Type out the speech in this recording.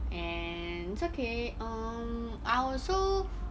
and it's okay um I also